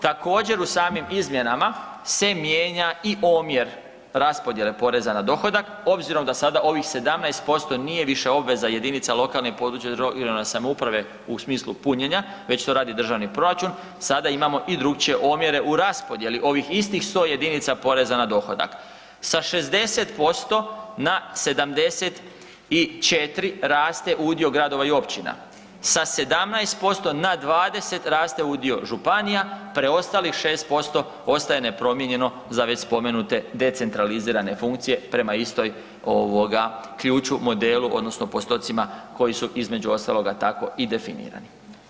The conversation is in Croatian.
Također u samim izmjenama se mijenja i omjer raspodjele poreza na dohodak obzirom da sada ovih 17% nije više obveza jedinica lokalne i područne odnosno regionalne samouprave u smislu punjenja već to radi državni proračun, sada imamo i drukčije omjere u raspodjeli ovih istih 100 jedinica poreza na dohodak, sa 60% na 74 raste udio gradova i općina, sa 17% na 20 raste udio županija, preostalih 6% ostaje nepromijenjeno za već spomenute decentralizirane funkcije prema istom ključu, modelu odnosno postocima koji su između ostaloga tako i definirani.